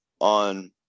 on